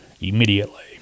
immediately